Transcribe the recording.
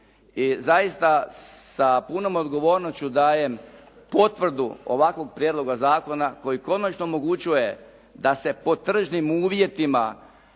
zaista sa punom odgovornošću dajem potvrdu ovakvog prijedloga zakona koji konačno omogućuje da se po tržnim uvjetima